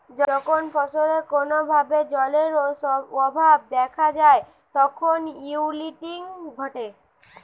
যখন ফসলে কোনো ভাবে জলের অভাব দেখাত যায় তখন উইল্টিং ঘটে